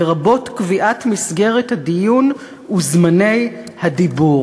לרבות קביעת מסגרת הדיון וזמני הדיבור.